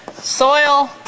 soil